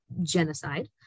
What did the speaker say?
genocide